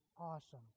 awesome